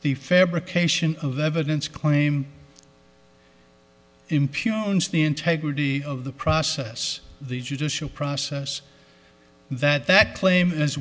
the fabrication of evidence claim impugn owns the integrity of the process the judicial process that that claim as